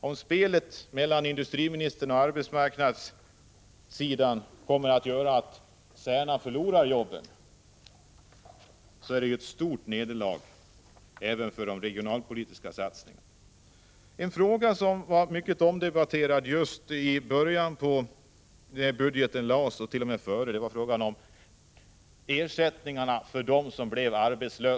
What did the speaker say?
Om spelet mellan industriministern och arbetsmarknadssidan kommer att göra att Särna förlorar jobben, så är det ett stort nederlag även för de regionalpolitiska satsningarna. En fråga som var mycket omdebatterad just när budgeten lades fram, och t.o.m. innan, är frågan om ersättningarna till dem som blir arbetslösa.